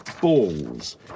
balls